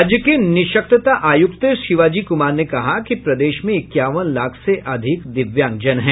राज्य के निःशक्तता आयुक्त शिवाजी कुमार ने कहा कि प्रदेश में इक्यावन लाख से अधिक दिव्यांग जन हैं